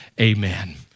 amen